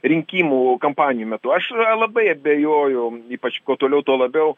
rinkimų kampanijų metu aš labai abejoju ypač kuo toliau tuo labiau